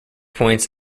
points